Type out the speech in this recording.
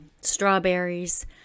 Strawberries